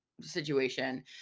situation